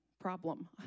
problem